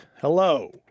Hello